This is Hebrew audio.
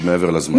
את מעבר לזמן.